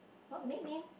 what nick name